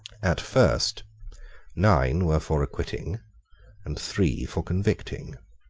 at first nine were for acquitting and three for convicting.